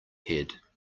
head